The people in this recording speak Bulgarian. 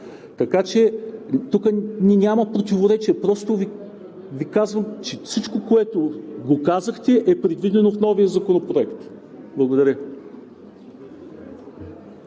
Така че тук ние нямаме противоречие. Просто Ви казвам, че всичко, което казахте, е предвидено в новия законопроект. Благодаря.